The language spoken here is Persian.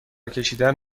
کشیدن